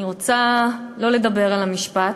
אני רוצה לא לדבר על המשפט,